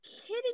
kidding